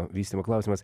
vystymo klausimas